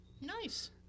Nice